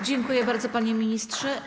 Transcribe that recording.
Dziękuję bardzo, panie ministrze.